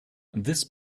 this